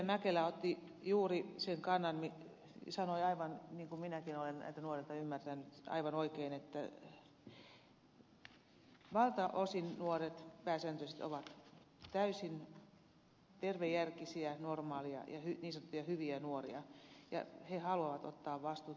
mäkelä sanoi juuri niin kuin minäkin olen näiltä nuorilta ymmärtänyt aivan oikein että valtaosin nuoret ovat täysin tervejärkisiä normaaleja ja niin sanottuja hyviä nuoria ja he haluavat ottaa vastuuta